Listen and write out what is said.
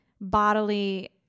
bodily